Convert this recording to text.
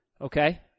Okay